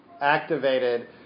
activated